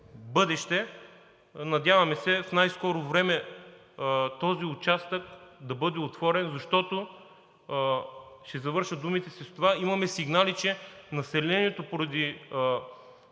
бъдеще. Надяваме се в най-скоро време този участък да бъде отворен, защото, ще завърша с това, имаме сигнали, че населението поради